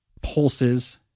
pulses